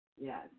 Yes